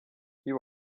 you